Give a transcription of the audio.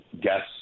Guests